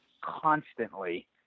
constantly